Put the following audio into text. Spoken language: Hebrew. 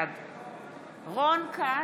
בעד רון כץ,